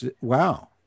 Wow